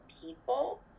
people